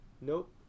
Nope